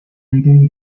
aire